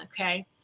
Okay